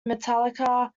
metallica